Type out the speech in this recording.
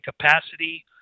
capacity